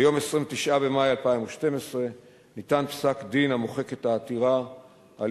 ביום 29 במאי 2012 ניתן פסק-דין המוחק את העתירה על